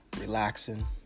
relaxing